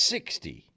Sixty